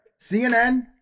CNN